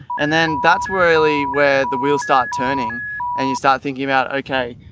and then that's where really where the wheels start turning and you start thinking about, okay,